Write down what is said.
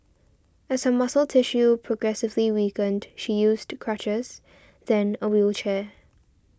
as her muscle tissue progressively weakened she used crutches then a wheelchair